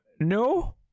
no